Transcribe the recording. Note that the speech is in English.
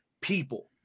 people